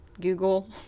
Google